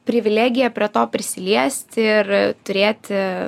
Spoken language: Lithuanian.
privilegiją prie to prisiliest ir turėti